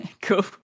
cool